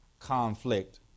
conflict